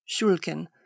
Schulken